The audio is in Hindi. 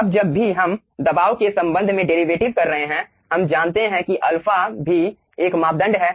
अब जब भी हम दबाव के संबंध में डेरीवेटिव कर रहे हैं हम जानते हैं कि α भी एक मापदंड है